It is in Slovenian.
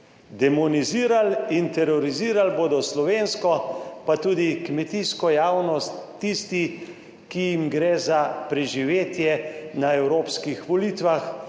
Demonizirali in terorizirali bodo slovensko pa tudi kmetijsko javnost tisti, ki jim gre za preživetje na evropskih volitvah,